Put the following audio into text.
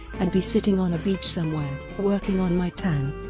i'd be sitting on a beach somewhere, working on my tan.